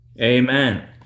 Amen